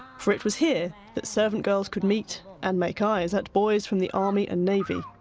for it was here that servant girls could meet and make eyes at boys from the army and navy,